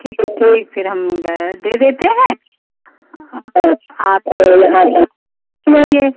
ठीक है ठीक फिर हम दे देते हैं आप